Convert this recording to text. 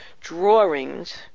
drawings